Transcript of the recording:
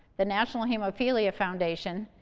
the national hemophilia foundation,